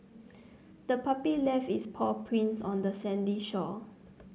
the puppy left its paw prints on the sandy shore